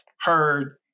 heard